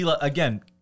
Again